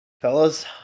Fellas